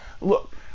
Look